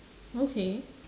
okay